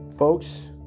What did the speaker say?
Folks